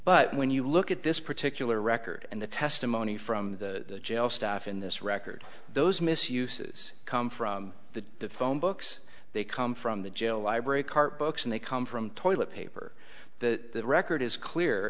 but when you look at this particular record and the testimony from the jail staff in this record those misuses come from the phone books they come from the jail library cart books and they come from toilet paper the record is clear